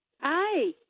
Hi